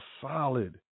solid